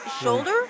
Shoulder